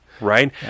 right